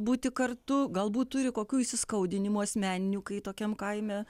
būti kartu galbūt turi kokių įsiskaudinimų asmeninių kai tokiam kaime